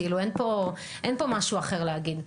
אין פה משהו אחר להגיד.